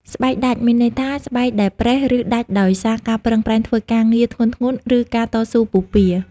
ស្បែកដាច មានន័យថា ស្បែកដែលប្រេះ ឬដាច់ដោយសារការប្រឹងប្រែងធ្វើការងារធ្ងន់ៗ ឬការតស៊ូពុះពារ។